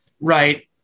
right